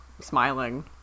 smiling